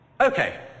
Okay